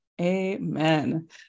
Amen